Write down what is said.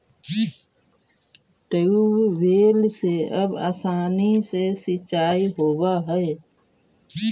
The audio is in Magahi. ट्यूबवेल से अब आसानी से सिंचाई होवऽ हइ